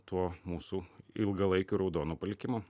tuo mūsų ilgalaikiu raudonu palikimu